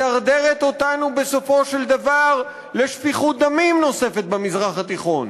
מדרדרת אותנו בסופו של דבר לשפיכות דמים נוספת במזרח התיכון.